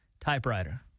typewriter